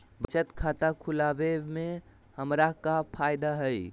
बचत खाता खुला वे में हमरा का फायदा हुई?